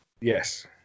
yes